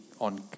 on